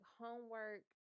homework